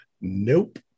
Nope